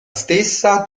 stessa